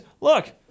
look